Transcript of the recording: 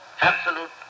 Absolute